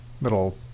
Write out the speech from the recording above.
little